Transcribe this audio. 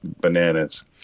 bananas